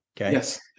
Yes